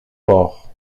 port